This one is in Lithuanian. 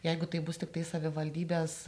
jeigu tai bus tiktai savivaldybės